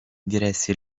diresse